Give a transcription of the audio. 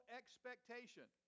expectation